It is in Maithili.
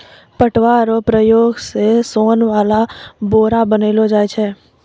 पटुआ रो प्रयोग से सोन वाला बोरा बनैलो जाय छै